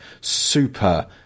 Super